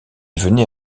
venait